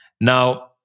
Now